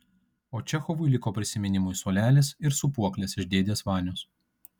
o čechovui liko prisiminimui suolelis ir sūpuoklės iš dėdės vanios